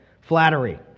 Flattery